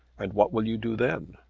and what will you do then?